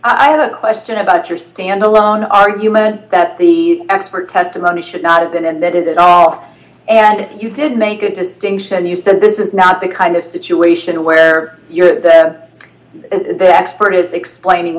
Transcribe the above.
i have a question about your standalone argument that the expert testimony should not have been in that it off and you did make a distinction you said this is not the kind of situation where you're the expert is explaining